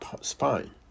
spine